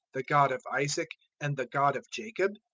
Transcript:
the god of isaac, and the god of jacob'?